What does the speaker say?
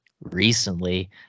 recently